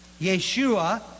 Yeshua